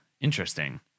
interesting